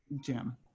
Jim